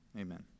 Amen